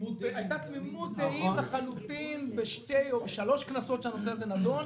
הייתה תמימות דעים לחלוטין בשתיים או שלוש כנסות שהנושא הזה נדון.